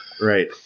Right